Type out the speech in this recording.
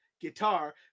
guitar